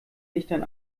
lichtern